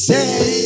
Say